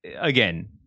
again